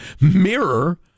mirror